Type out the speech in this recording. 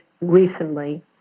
recently